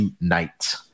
tonight